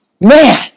man